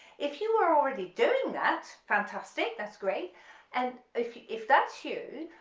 if you are already doing that, fantastic, that's great and if you if that's you,